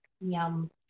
yum